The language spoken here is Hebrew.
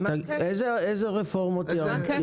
איזה רפורמות ירדו?